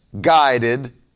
guided